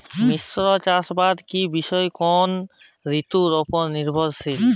মিশ্র চাষাবাদ কি বিশেষ কোনো ঋতুর ওপর নির্ভরশীল?